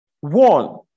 one